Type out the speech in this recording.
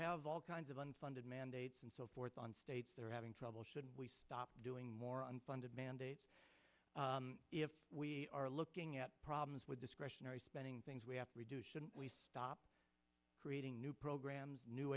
have all kinds of unfunded mandates and so forth on states that are having trouble should we stop doing more unfunded mandates if we are looking at problems with discretionary spending things we have reduced we stop creating new programs new